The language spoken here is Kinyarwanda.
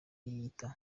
yiyita